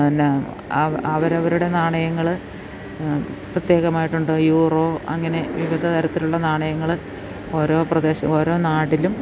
എന്നാല് അവരവരുടെ നാണയങ്ങള് പ്രത്യേകമായിട്ടുണ്ട് യൂറോ അങ്ങനെ വിവിധ തരത്തിലുള്ള നാണയങ്ങള് ഓരോ പ്രദേശം ഓരോ നാട്ടിലും